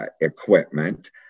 equipment